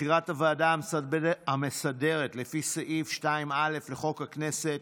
בחירת הוועדה המסדרת לפי סעיף 2א לחוק הכנסת,